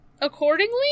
accordingly